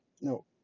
no